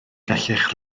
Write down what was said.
gallech